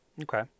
Okay